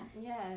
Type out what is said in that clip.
yes